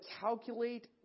calculate